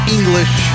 English